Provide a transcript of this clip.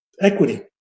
equity